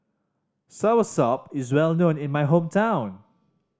soursop is well known in my hometown